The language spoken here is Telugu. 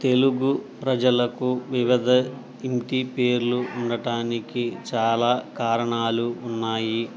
తెలుగు ప్రజలకు వివిధ ఇంటి పేర్లు ఉండడానికి చాలా కారణాలు ఉన్నాయి